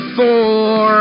four